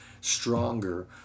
stronger